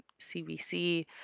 cbc